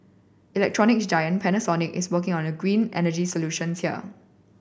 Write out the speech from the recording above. electronics giant Panasonic is working on a green energy solutions here